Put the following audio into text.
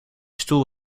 stoel